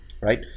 right